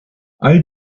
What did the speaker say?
all